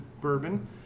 bourbon